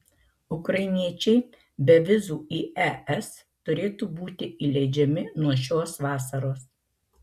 ukrainiečiai be vizų į es turėtų būti įleidžiami nuo šios vasaros